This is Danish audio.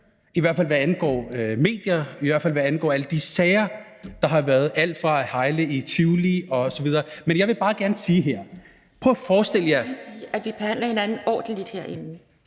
i hvert fald hvad angår medier, og i hvert fald hvad angår alle de sager, der har været: alt fra at heile i Tivoli osv. Men jeg vil bare gerne sige her: Prøv at forestille jer ... Kl. 14:40 Anden næstformand (Pia